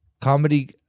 Comedy